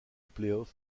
playoff